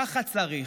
ככה צריך.